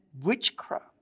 witchcraft